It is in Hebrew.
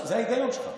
זה ההיגיון שלך.